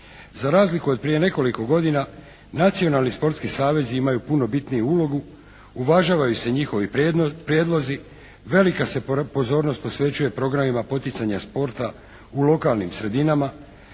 Za razliku od prije nekoliko godina nacionalni sportski savezi imaju puno bitniju ulogu, uvažavaju se njihovi prijedlozi, velika se pozornost posvećuje programima poticanja sporta u lokalnim sredinama,